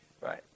right